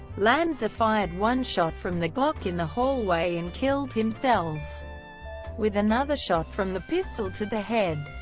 lanza fired one shot from the glock in the hallway and killed himself with another shot from the pistol to the head.